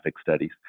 studies